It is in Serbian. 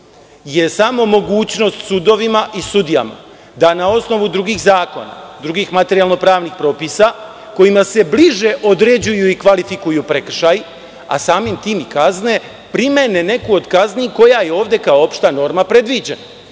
je samo mogućnost sudovima i sudijama da na osnovu drugih zakona, drugih materijalno-pravnih propisa, kojima se bliže određuju i kvalifikuju prekršaji, a samim tim i kazne, primene neku od kazni koja je ovde kao opšta norma predviđena